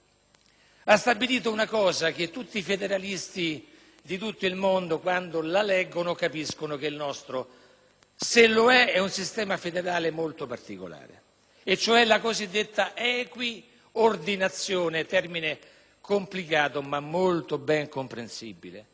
ha stabilito una cosa che i federalisti di tutto il mondo capiscono quando la leggono: il nostro, se lo è, è un sistema federale molto particolare fondato sulla cosiddetta equiordinazione, termine complicato ma molto ben comprensibile.